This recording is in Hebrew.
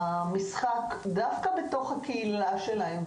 והמשחק בתוך הקהילה שלהם,